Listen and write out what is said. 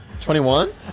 21